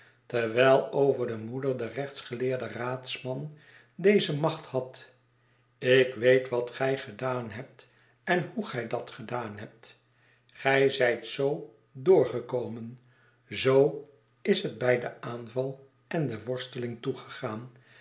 terwijl over de moeder de rechtsgeleerde raadsman deze macht had ik weet wat gij gedaan hebt en hoe gij dat gedaan hebt gij zijt zoo doorgekomen zoo is het bij den aanval en de worsteling toegegaan